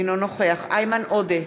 אינו נוכח איימן עודה,